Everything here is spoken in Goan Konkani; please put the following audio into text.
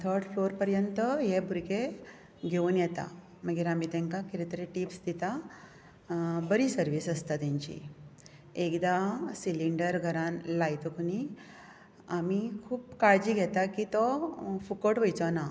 थर्ड फ्लोर पर्यंत हे भुरगें घेवन येतात मागीर आमी तेंका किदें तरी टिप्स दितां बरी सर्विस आसतां तेंची एकदा सिंलिडर घरान लायतकर न्ही आमी खूब काळजी घेतां की तो फुकट वयचो ना